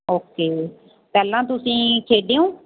okay ਪਹਿਲਾਂ ਤੁਸੀਂ ਖੇਡੇ ਹੋ